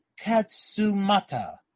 Katsumata